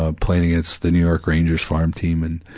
ah playing against the new york rangers farm team and,